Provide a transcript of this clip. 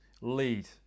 lead